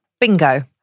Bingo